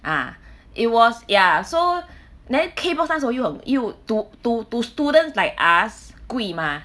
ah it was ya so then K box 那种又很又 to to to students like us 贵 mah